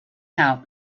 help